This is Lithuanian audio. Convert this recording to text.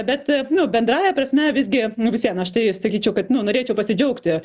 bet nu bendrąja prasme visgi nu vis vien aš tai sakyčiau kad nu norėčiau pasidžiaugti